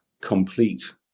complete